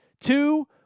Two